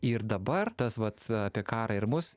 ir dabar tas vat apie karą ir mus